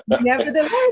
nevertheless